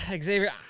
Xavier